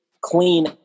clean